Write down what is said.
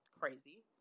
crazy